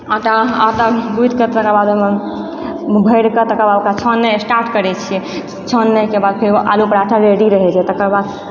आटा आटा गुँथिकऽ तकर बाद ओहिमे भरिकऽ तकर बाद ओकरा छाननाइ स्टार्ट करैत छियै छाननाइके बाद फेर ओ आलू पराँठा रेडी रहयए तकर बाद